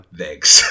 Thanks